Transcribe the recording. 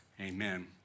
amen